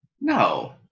No